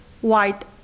white